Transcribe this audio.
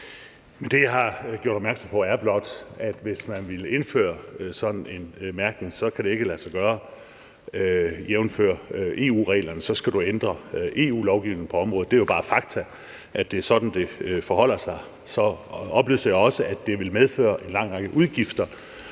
Det, som jeg har gjort opmærksom på, er blot, at det, hvis man ville indføre sådan en mærkning, ikke kan lade sig gøre. Jævnfør EU-reglerne skal du ændre EU-lovgivningen på området, og det er jo bare fakta, at det er sådan, det forholder sig. Så oplyste jeg også, at det ville medføre en lang række udgifter